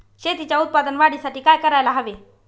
शेतीच्या उत्पादन वाढीसाठी काय करायला हवे?